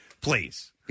please